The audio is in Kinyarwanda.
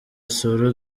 asura